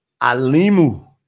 Alimu